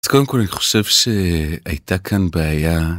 אז קודם כל, אני חושב שהייתה כאן בעיה.